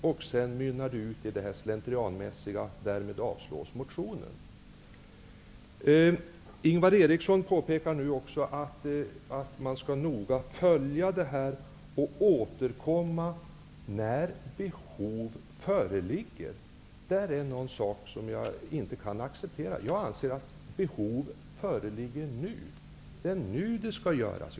Men det mynnar ut i det slentrianmässiga: Därmed avslås motionen. Ingvar Eriksson påpekar nu också att man skall följa detta noga och återkomma när behov föreligger. Det är något som jag inte kan acceptera. Jag anser att behov föreligger nu. Det är nu det skall göras.